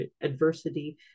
adversity